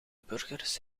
burgers